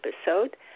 episode